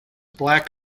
black